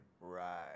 Right